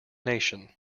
nation